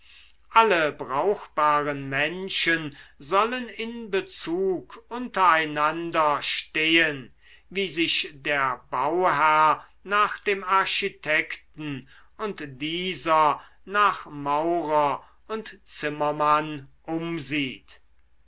alle brauchbaren menschen sollen in bezug untereinander stehen wie sich der bauherr nach dem architekten und dieser nach maurer und zimmermann umsieht